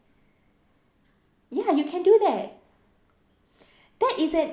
ya you can do that that is an